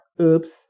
Oops